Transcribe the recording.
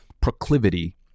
proclivity